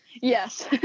Yes